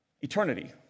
eternity